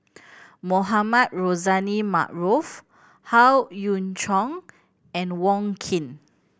Mohamed Rozani Maarof Howe Yoon Chong and Wong Keen